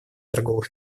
торговых